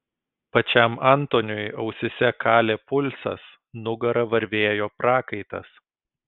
pačiam antoniui ausyse kalė pulsas nugara varvėjo prakaitas